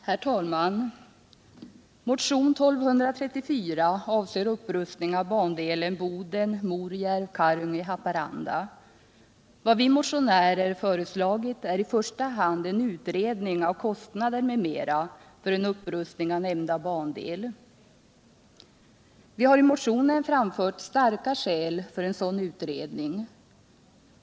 Herr talman! Motion 1234 avser upprustning av bandelen Boden-Morjärv-Karungi-Haparanda. Vad vi motionärer föreslagit är i första hand en utredning av kostnader m.m. för en upprustning av nämnda bandel. Vi har i motionen framfört starka skäl för en sådan utredning.